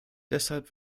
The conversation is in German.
deshalb